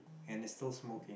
and it's still smoking